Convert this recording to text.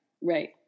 Right